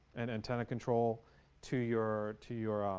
an antenna control to your to your